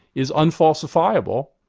is unfalsifiable,